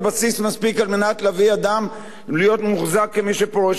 על מנת להביא אדם להיות מוחזק כמי שפורש מסיעתו?